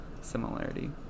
similarity